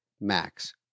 Max